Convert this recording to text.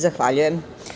Zahvaljujem.